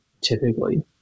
typically